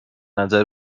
نظر